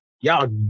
y'all